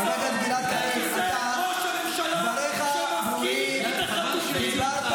על כיסא ראש הממשלה שמפקיר את החטופים.